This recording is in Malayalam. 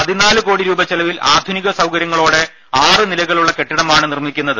പിതിനാല് കോടി രൂപ ചെലവിൽ ആധുനിക സൌകര്യങ്ങളോടെ ആറ് നിലകളുള്ള കെട്ടിടം ആണ് നിർമ്മിക്കുന്നത്